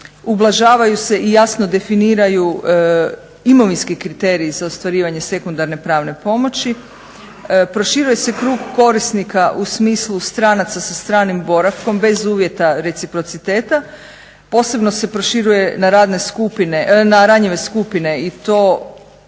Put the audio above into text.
Ublažavaju se i jasno definiraju imovinski kriteriji za ostvarivanje sekundarne pravne pomoći. Proširuje se krug korisnika u smislu stranaca sa stranim boravkom bez uvjeta reciprociteta. Posebno se proširuje na ranjive skupine i to smo